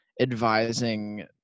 advising